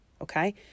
okay